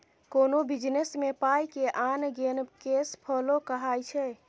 कोनो बिजनेस मे पाइ के आन गेन केस फ्लो कहाइ छै